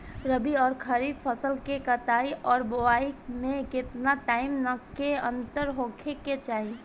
रबी आउर खरीफ फसल के कटाई और बोआई मे केतना टाइम के अंतर होखे के चाही?